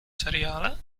seriale